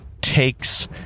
takes